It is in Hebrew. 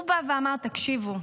הוא בא ואמר: תקשיבו,